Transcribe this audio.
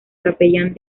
capellán